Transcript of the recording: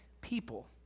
people